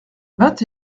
vingt